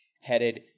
headed